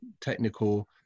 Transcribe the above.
technical